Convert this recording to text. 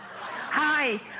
Hi